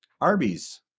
Arby's